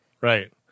right